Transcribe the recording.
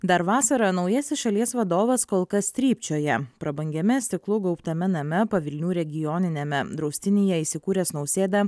dar vasarą naujasis šalies vadovas kol kas trypčioja prabangiame stiklų gaubtame name pavilnių regioniniame draustinyje įsikūręs nausėda